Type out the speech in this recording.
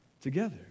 together